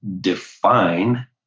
define